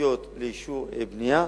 סופיות לאישור בנייה,